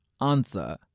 Answer